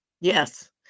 Yes